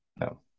No